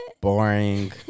boring